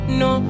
no